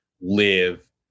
live